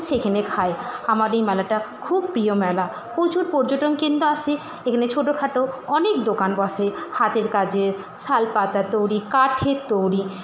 সেইখানে খাই আমার এই মেলাটা খুব প্রিয় মেলা প্রচুর পর্যটন কেন্দ্র আসে এখানে ছোটোখাটো অনেক দোকান বসে হাতের কাজের শাল পাতার তৈরি কাঠের তৈরি